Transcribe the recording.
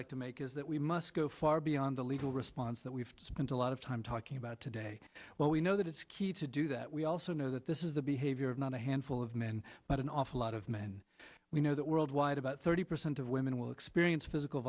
like to make is that we must go far beyond the legal response that we've spent a lot of time talking about today what we know that it's key to do that we also know that this is the behavior of not a handful of men but an awful lot of men we know that worldwide about thirty percent of women will experience physical